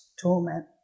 torment